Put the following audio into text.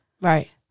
Right